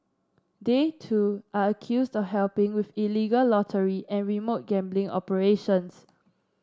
they too are accused of helping with illegal lottery and remote gambling operations